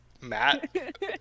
Matt